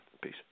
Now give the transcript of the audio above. Peace